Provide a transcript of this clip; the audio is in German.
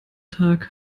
tag